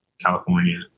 California